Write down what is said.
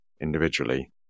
individually